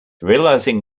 realising